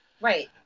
Right